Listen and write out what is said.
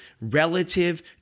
relative